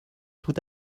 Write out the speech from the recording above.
tout